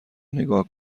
نگاه